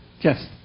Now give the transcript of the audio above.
Yes